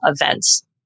events